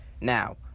Now